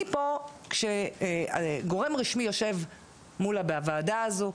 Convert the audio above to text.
אני פה כשגורם רשמי יושב בוועדה הזו,